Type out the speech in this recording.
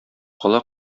кала